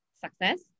success